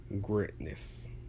greatness